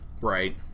Right